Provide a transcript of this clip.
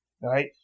right